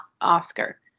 Oscar